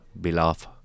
beloved